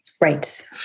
Right